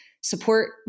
support